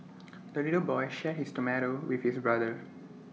the little boy shared his tomato with his brother